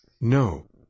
No